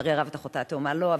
ולצערי הרב את אחותה התאומה לא.